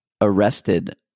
arrested